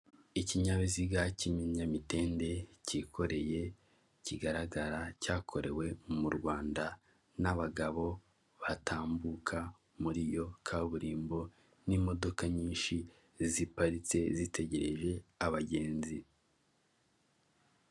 Ikinyabiziga k'ibinyamitende kikoreye kigaragara cyakorewe mu Rwanda n'abagabo batambuka muri iyo kaburimbo n'imodoka nyinshi ziparitse zitegereje abagenzi.